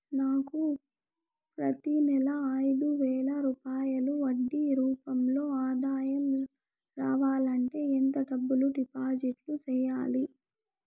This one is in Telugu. నాకు ప్రతి నెల ఐదు వేల రూపాయలు వడ్డీ రూపం లో ఆదాయం రావాలంటే ఎంత డబ్బులు డిపాజిట్లు సెయ్యాలి?